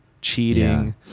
cheating